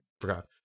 forgot